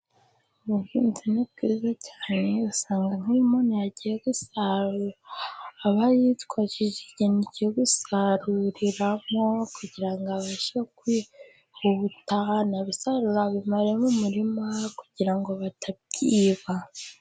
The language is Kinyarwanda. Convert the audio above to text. Ubuhinzi ni bwiza cyane, usanga nk'iyo umuntu yagiye gusarura, aba yitwaje ikintu agiye gusaruriramo kugira ngo abashe kwihuta anabisarure abimare mu murima kugira ngo batabyiba.